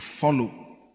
follow